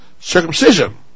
circumcision